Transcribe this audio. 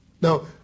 Now